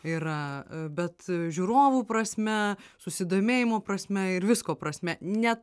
yra bet žiūrovų prasme susidomėjimo prasme ir visko prasme ne